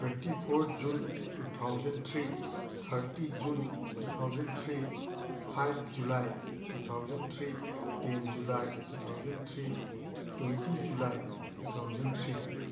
twenty four June two thousand three thirty June two thousand three five July two thousand three ten July two thousand three twenty July two thousand three